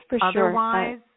otherwise